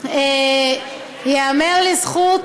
ייאמר לזכות